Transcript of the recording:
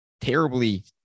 Terribly